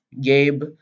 Gabe